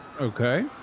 Okay